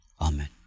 Amen